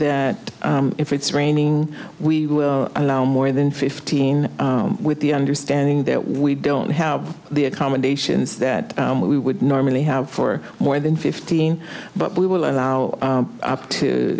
covered if it's raining we will allow more than fifteen with the understanding that we don't have the accommodations that we would normally have for more than fifteen but we will allow up to